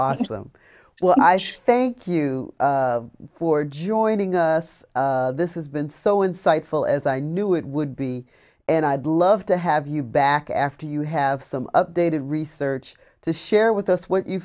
awesome well i thank you for joining us this is been so insightful as i knew it would be and i'd love to have you back after you have some updated research to share with us what you